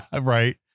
Right